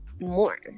more